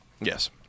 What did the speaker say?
Yes